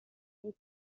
rief